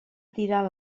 tirar